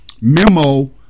memo